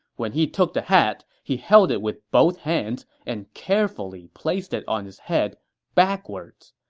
when he took the hat, he held it with both hands and carefully placed it on his head backwards,